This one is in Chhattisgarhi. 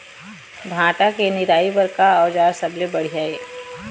भांटा के निराई बर का औजार सबले बढ़िया ये?